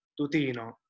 Tutino